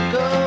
go